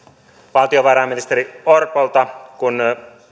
valtiovarainministeri orpolta kun